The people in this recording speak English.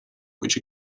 which